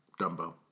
Dumbo